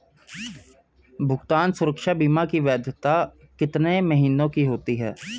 भुगतान सुरक्षा बीमा की वैधता कितने महीनों की होती है?